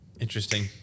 Interesting